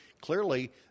clearly